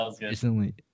recently